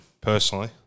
personally